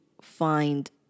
find